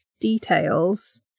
details